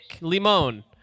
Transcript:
Limon